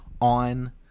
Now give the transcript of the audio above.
on